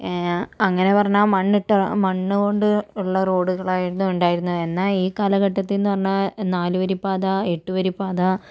അങ്ങനെ പറഞ്ഞാൽ മണ്ണിട്ട മണ്ണ് കൊണ്ട് ഉള്ള റോഡുകളായിരുന്നു ഉണ്ടായിരുന്നത് എന്നാൽ ഈ കാലഘട്ടത്തിലെന്ന് പറഞ്ഞാൽ നാല് വരിപ്പാത എട്ട് വരിപ്പാത